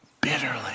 bitterly